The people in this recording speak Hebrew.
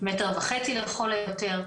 מטר וחצי לכל היותר.